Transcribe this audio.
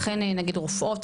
אכן רופאות,